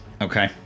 Okay